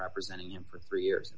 representing him for three years